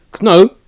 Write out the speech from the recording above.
No